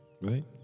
right